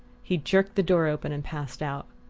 he jerked the door open and passed out.